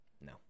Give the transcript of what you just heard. no